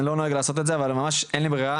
אני לא נוהג לעשות את זה, אבל ממש אין לי בעיה.